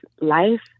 life